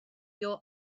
your